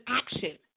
action